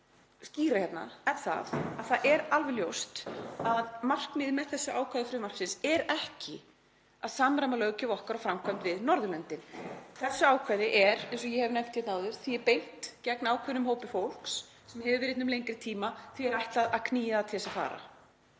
skýra hérna er að það er alveg ljóst að markmiðið með þessu ákvæði frumvarpsins er ekki að samræma löggjöf okkar og framkvæmd við Norðurlöndin. Þessu ákvæði er, eins og ég hef nefnt hér áður, beint gegn ákveðnum hópi fólks sem hefur verið hér um lengri tíma. Því er ætlað að knýja það til að fara.